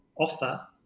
offer